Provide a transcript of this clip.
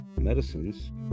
medicines